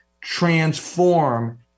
transform